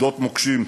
שדות מוקשים.